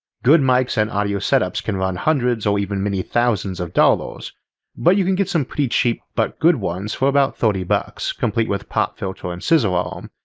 good mics and audio setups can run hundreds or even many thousands of dollars but you can get some pretty cheap but good ones for about thirty bucks, complete with pop filter and scissor arm,